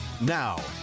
Now